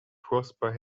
prosper